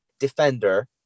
defender